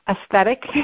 aesthetic